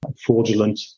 fraudulent